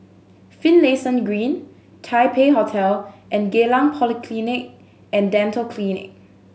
Finlayson Green Taipei Hotel and Geylang Polyclinic And Dental Clinic